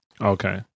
Okay